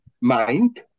mind